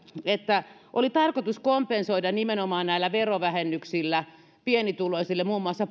että oli tarkoitus kompensoida nimenomaan näillä verovähennyksillä pienituloisille muun muassa